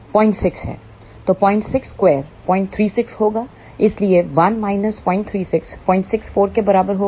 तो 062 036 होगा इसलिए 1 036 064 के बराबर होगा